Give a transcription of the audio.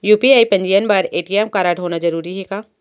UPI पंजीयन बर ATM कारडहोना जरूरी हे का?